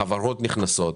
חברות נכנסות,